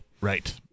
right